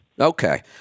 Okay